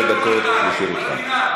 15 דקות לרשותך.